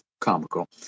comical